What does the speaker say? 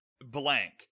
blank